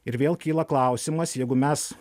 ir vėl kyla klausimas jeigu mes